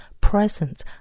present